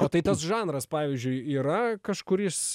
o tai tas žanras pavyzdžiui yra kažkuris